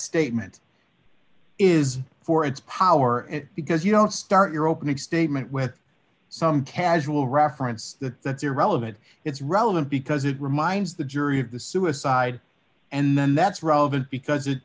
statement is for its power and because you don't start your opening statement with some casual reference that that's irrelevant it's relevant because it reminds the jury of the suicide and then that's relevant because it